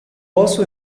posso